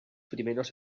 primeros